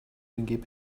den